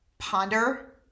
ponder